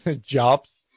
jobs